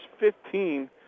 15